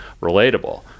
relatable